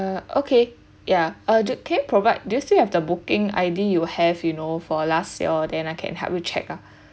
uh okay ya uh can you provide do you still have the booking I_D you have you know for last year then I can help you check ah